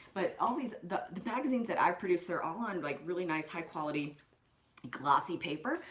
but all these, the the magazines that i produce, they're all on like really nice high-quality glossy paper,